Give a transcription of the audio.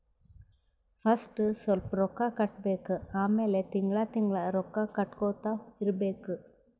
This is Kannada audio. ಫಸ್ಟ್ ಸ್ವಲ್ಪ್ ರೊಕ್ಕಾ ಕಟ್ಟಬೇಕ್ ಆಮ್ಯಾಲ ತಿಂಗಳಾ ತಿಂಗಳಾ ರೊಕ್ಕಾ ಕಟ್ಟಗೊತ್ತಾ ಇರ್ಬೇಕ್